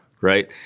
Right